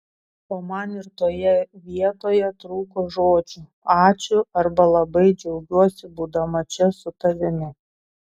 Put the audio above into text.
o man ir toje vietoje trūko žodžių ačiū arba labai džiaugiuosi būdama čia su tavimi